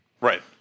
Right